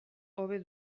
hobe